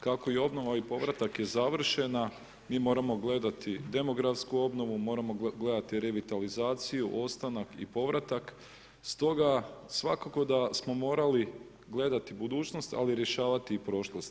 Kako i obnova i povratak je završena, mi moramo gledati demografsku obnovu, moramo gledati revitalizaciju, ostanak i povratak, stoga svakako da smo morali gledati budućnost, ali rješavati i prošlost.